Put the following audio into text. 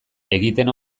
egiten